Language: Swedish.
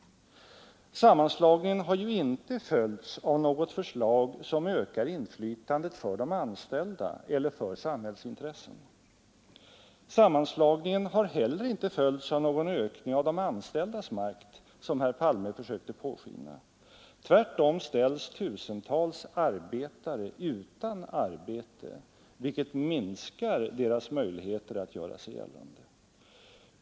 Sammanslagningen har ju inte följts av något förslag som ökar inflytandet för de anställda eller för samhällsintressena. Sammanslagningen har heller inte följts av någon ökning av de anställdas makt, som herr Palme lät påskina. Tvärtom ställs tusentals arbetare utan arbete.